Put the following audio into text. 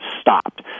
stopped